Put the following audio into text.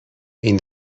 این